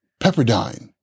Pepperdine